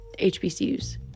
HBCUs